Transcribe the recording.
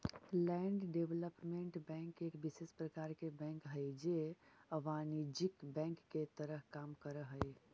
land development bank एक विशेष प्रकार के बैंक हइ जे अवाणिज्यिक बैंक के तरह काम करऽ हइ